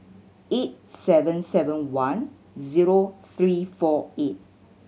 eight seven seven one zero three four eight